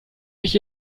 mich